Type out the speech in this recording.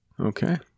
Okay